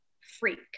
freak